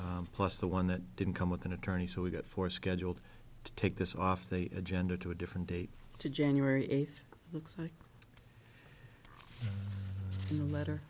plus the one that didn't come with an attorney so we got four scheduled to take this off they agenda to a different date to january eighth looks like the letter